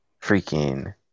freaking